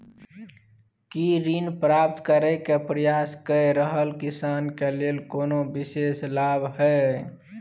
की ऋण प्राप्त करय के प्रयास कए रहल किसान के लेल कोनो विशेष लाभ हय?